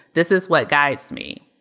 this is what guides me.